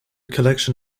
collection